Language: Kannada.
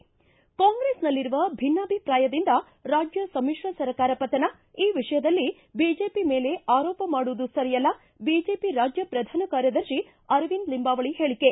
ಿ ಕಾಂಗ್ರೆಸ್ನಲ್ಲಿರುವ ಭಿನ್ನಾಭಿಪ್ರಾಯದಿಂದ ರಾಜ್ಯ ಸಮಿತ್ರ ಸರ್ಕಾರ ಪತನ ಈ ವಿಷಯದಲ್ಲಿ ಬಿಜೆಪಿ ಮೇಲೆ ಆರೋಪ ಮಾಡುವುದು ಸರಿಯಲ್ಲ ಬಿಜೆಪಿ ರಾಜ್ಯ ಪ್ರಧಾನ ಕಾರ್ಯದರ್ತಿ ಅರವಿಂದ ಲಿಂಬಾವಳಿ ಹೇಳಿಕೆ